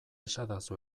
esadazu